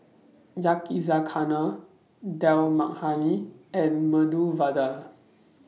Yakizakana Dal Makhani and Medu Vada